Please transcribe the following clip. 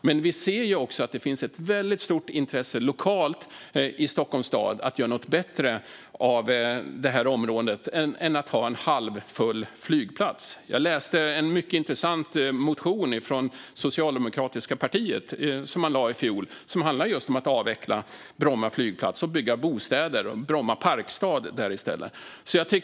Men vi ser ju också att det finns ett väldigt stort intresse lokalt i Stockholms stad av att göra något bättre av det här området än att ha en halvfull flygplats. Jag läste en mycket intressant motion som det socialdemokratiska partiet väckte i fjol. Den handlar just om att avveckla Bromma flygplats och i stället bygga bostäder och Bromma parkstad där.